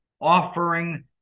offering